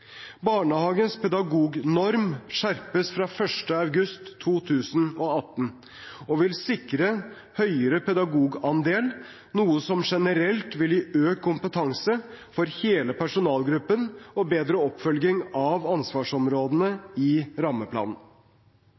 Barnehagens pedagognorm skjerpes fra 1. august 2018 og vil sikre en høyere pedagogandel, noe som generelt vil gi økt kompetanse for hele personalgruppen og bedre oppfølging av ansvarsområdene i rammeplanen.